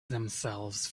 themselves